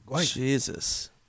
jesus